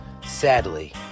sadly